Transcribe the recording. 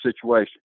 situation